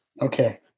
Okay